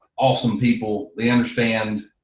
awesome people they understand,